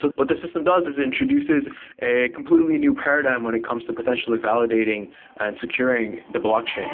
what the system does is introduces a completely new paradigm when it comes to potentially validating and securing the blockchain